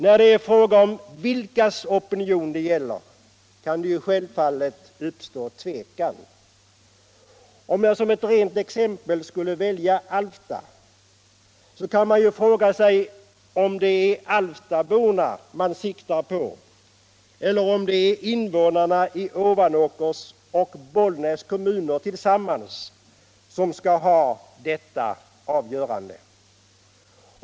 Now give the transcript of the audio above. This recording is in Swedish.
När det är fråga om vilkas opinion det gäller kan det självfallet uppstå tvekan. Om jag som ett rent exempel skulle välja Alfta, så blir frågan om det är Alftaborna man syftar på, eller om det är invånarna i Ovanåkers och Bollnäs kommuner tillsammans som skall ha detta avgörande.